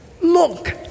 Look